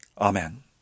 Amen